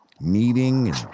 meeting